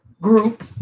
group